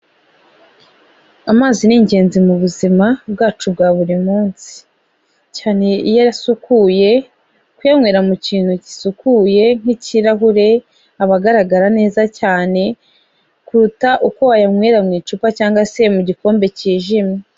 Amazi ni ingenzi mu buzima bwacu bwa buri munsi, cyane iyo asukuye, kuyanywera mu kintu gisukuye nk'ikirahure, aba agaragara neza cyane, kuruta uko wayanywera mu icupa cyangwa se mu gikombe cyijimye.